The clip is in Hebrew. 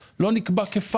רמת ההכנסה לא נקבעה כפקטור.